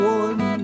one